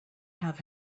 have